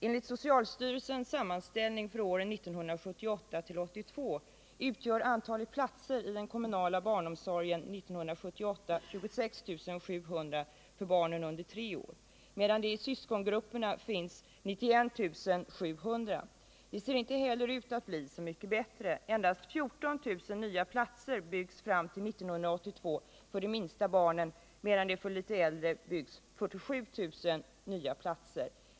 Enligt socialstyrelsens sammanställning för åren 1978-1982 utgör antalet platser i den kommunala barnomsorgen 1978 för barn under tre år 26 700, medan det i syskongrupperna finns 91 700. Det ser inte heller ut att bli så mycket bättre. Endast 14 000 nya platser byggs fram till 1982 för små barn, medan det för de litet äldre byggs 47 000 platser.